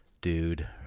dude